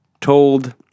told